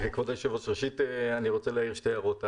כבוד היושב-ראש, אני רוצה להעיר שתי הערות.